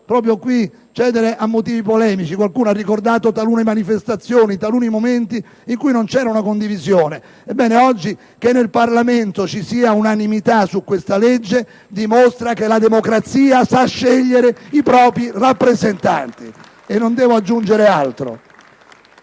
proprio qui a motivi polemici, ma qualcuno ha ricordato talune manifestazioni e momenti in cui non c'era una vera condivisione: ebbene, che oggi nel Parlamento ci sia unanimità su questa legge dimostra che la democrazia sa scegliere i propri rappresentanti, e non devo aggiungere altro.